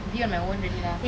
be on my own already lah